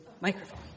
microphone